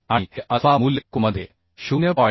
आणि हे अल्फा मूल्य कोडमध्ये 0